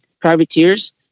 privateers